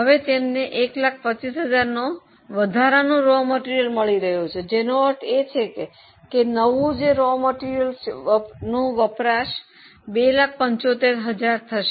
હવે તેમને 125000 નો વધારાનો કાચો માલ મળી રહ્યો છે જેનો અર્થ છે કે નવા કાચા માલનો વપરાશ 275000 થશે